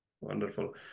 wonderful